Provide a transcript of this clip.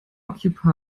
occupy